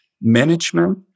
management